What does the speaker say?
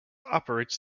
operates